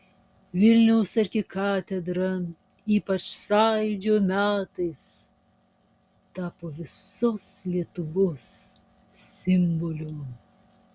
vilniaus arkikatedra ypač sąjūdžio metais tapo visos lietuvos simboliu